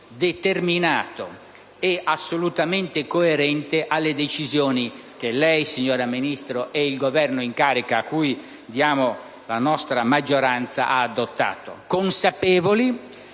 determinato e assolutamente coerente alle decisioni che lei, signora Ministro, e il Governo in carica, a cui diamo il nostro sostegno, avete adottato, consapevoli